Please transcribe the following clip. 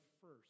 first